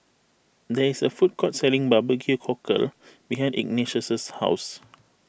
there is a food court selling Barbecue Cockle behind Ignatius' house